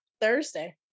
Thursday